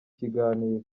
kiganiro